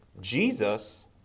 Jesus